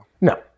No